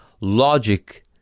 logic